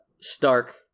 Stark